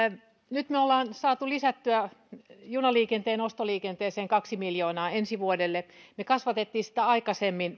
nyt me olemme saaneet lisättyä junaliikenteen ostoliikenteeseen kaksi miljoonaa ensi vuodelle ja me kasvatimme velvoiteliikennemäärää aikaisemmin